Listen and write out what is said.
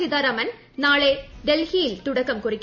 സീതാരാമൻ നാളെ ഡൽഹിയിൽ തുടക്കം കുറിക്കും